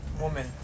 woman